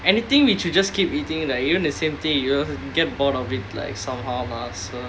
anything which we just keep eating like you know the same thing you also get bored of it like somehow lah so